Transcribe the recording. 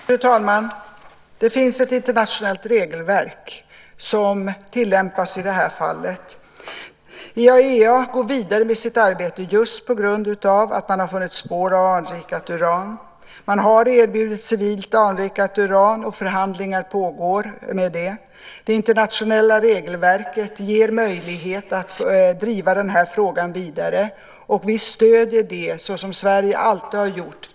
Fru talman! Det finns ett internationellt regelverk som tillämpas i det här fallet. IAEA går vidare med sitt arbete just på grund av att man har funnit spår av anrikat uran. Man har erbjudit civilt anrikat uran, och förhandlingar pågår om det. Det internationella regelverket ger möjlighet att driva den här frågan vidare. Vi stöder det, som Sverige alltid har gjort.